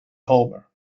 homer